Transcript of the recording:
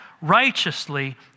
righteously